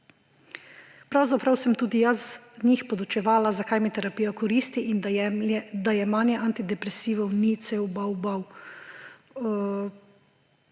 Pravzaprav sem tudi jaz njih poučevala, zakaj mi terapija koristi in da jemanje antidepresivov ni cel bavbav.«